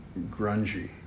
grungy